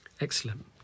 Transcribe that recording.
Excellent